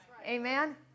Amen